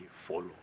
follow